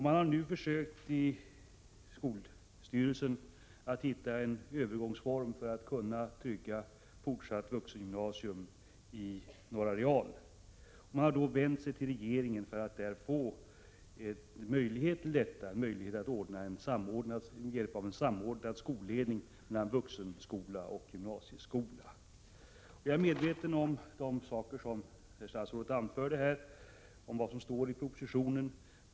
Man har nu i skolstyrelsen försökt att hitta en övergångsform för att kunna trygga ett fortsatt vuxengymnasium i Norra real. Man har vänt sig till regeringen för att få möjlighet till detta med hjälp av en samordnad skolledning för vuxenskola och gymnasieskola. Jag är medveten om det som statsrådet anförde om vad som står i propositionen.